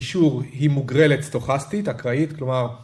אישור היא מוגרלת סטוכסטית, אקראית, כלומר...